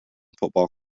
football